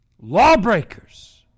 Lawbreakers